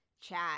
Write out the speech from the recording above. chat